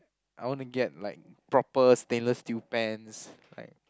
I want to get like proper stainless steel pans like